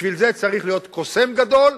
בשביל זה צריך להיות קוסם גדול,